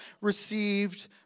received